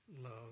love